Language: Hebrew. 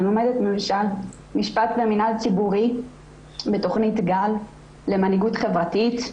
אני לומדת משפט ומנהל ציבורי בתוכנית "גל" למנהיגות חברתית.